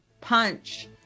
punch